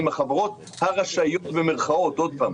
אם החברות הרשעות עוד פעם,